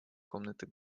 комнаты